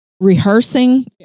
rehearsing